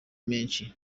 menshi